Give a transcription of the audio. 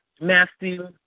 Matthew